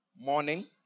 morning